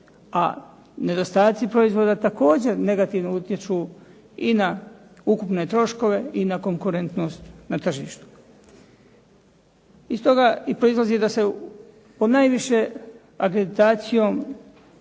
a nedostaci proizvoda također negativno utječu i na ukupne troškove i na konkurentnost na tržištu. Iz toga proizlazi da se ponajviše akreditacijom